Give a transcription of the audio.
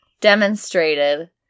demonstrated